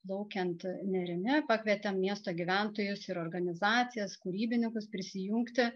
plaukiant nerimi pakvietėm miesto gyventojus ir organizacijas kūrybininkus prisijungti